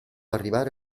arrivare